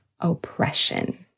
oppression